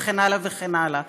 וכן הלאה וכן הלאה.